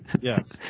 yes